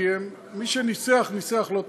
כי מי שניסח ניסח לא טוב.